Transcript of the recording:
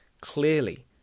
Clearly